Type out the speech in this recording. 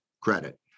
credit